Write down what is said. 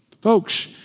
Folks